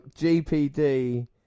GPD